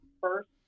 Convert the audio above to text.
first